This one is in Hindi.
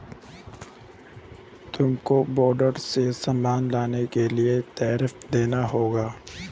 तुमको बॉर्डर से सामान लाने के लिए टैरिफ देना होगा